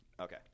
Okay